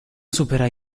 supera